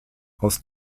aus